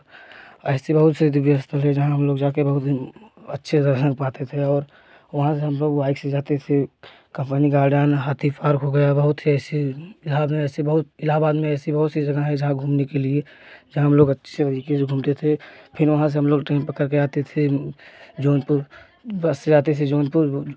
से जो व्यस्त हो जो जाए हम लोग जा कर बहुत दिन अच्छे से सुन पाते थे और वहाँ से हम लोग वाइक से जाते थे कपन गार्डन हाथी फार्क हो गया बहुत ही ऐसी इलाहाबाद में ऐसी बहुत इलाहाबाद में ऐसी बहुत सी जगह है जहाँ घूमने के लिए जहाँ लो बच्चे हुई की जो घूमते थे फिर वहाँ से हम लोग ट्रेन पकड़ कर आते थे जौनपुर बस से आते थे जौनपुर